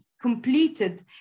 completed